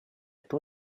two